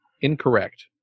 Incorrect